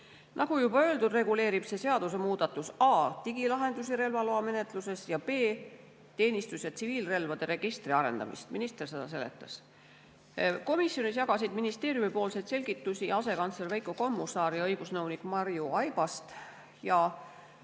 Nagu juba öeldud, reguleerib see seadusemuudatus a) digilahendusi relvaloamenetluses ja b) teenistus‑ ja tsiviilrelvade registri arendamist. Minister seda seletas. Komisjonis jagasid ministeeriumi poolt selgitusi asekantsler Veiko Kommusaar ja õigusnõunik Marju Aibast. Väga